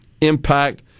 impact